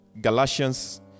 Galatians